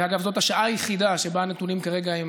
אגב, זאת השעה היחידה שבה הנתונים כרגע הם